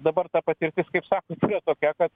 dabar ta patirtis kaip sakot yra tokia kad